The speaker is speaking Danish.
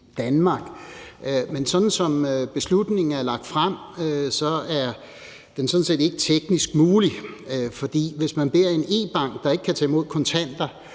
Men sådan som beslutningsforslaget er fremsat, er det sådan set ikke teknisk muligt. For hvis man beder en e-bank, der ikke kan tage imod kontanter,